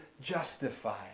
justified